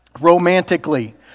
romantically